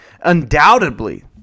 undoubtedly